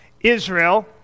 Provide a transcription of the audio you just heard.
Israel